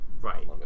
Right